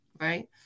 right